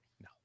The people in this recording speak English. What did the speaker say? No